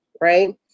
right